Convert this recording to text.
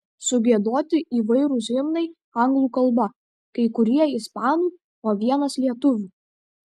sugiedoti įvairūs himnai anglų kalba kai kurie ispanų o vienas lietuvių